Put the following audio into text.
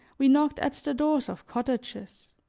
we knocked at the doors of cottages.